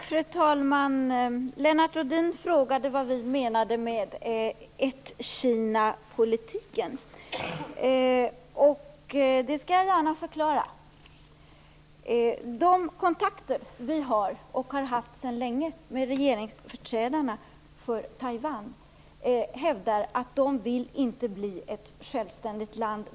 Fru talman! Lennart Rohdin frågade vad vi menade med ett-Kina-politiken, och det skall jag gärna förklara. De kontakter vi har och sedan länge har haft bland regeringsföreträdarna i Taiwan hävdar att de inte vill bli ett självständigt land.